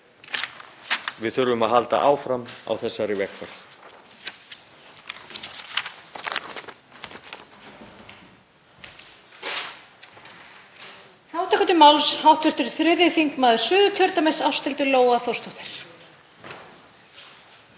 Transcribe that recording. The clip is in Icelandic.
Við þurfum að halda áfram á þessari vegferð.